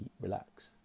relax